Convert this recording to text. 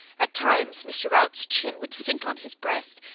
at times mr. routs chin would sink on his breast,